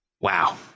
Wow